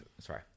sorry